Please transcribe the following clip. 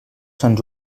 sant